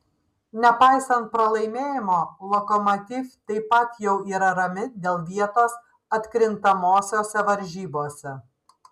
nepaisant pralaimėjimo lokomotiv taip pat jau yra rami dėl vietos atkrintamosiose varžybose